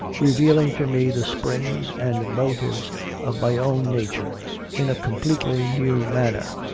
revealing to me the springs and motives of my own nature in a completely new manner.